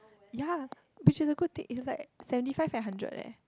ya which is a good thing it is like seventy five and hundred leh